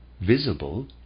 visible